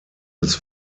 his